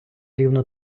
рівно